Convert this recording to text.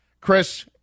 Chris